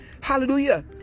Hallelujah